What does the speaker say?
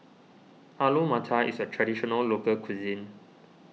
Alu Matar is a Traditional Local Cuisine